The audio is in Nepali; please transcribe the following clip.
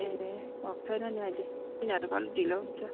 ए भएको छैन नि अहिले तिनीहरूको अलिक ढिलो हुन्छ